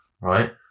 right